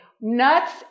Nuts